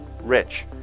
rich